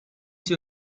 sie